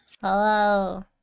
Hello